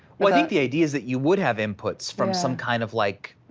well, i think the idea is that you would have inputs from some kind of like,